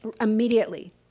immediately